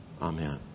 amen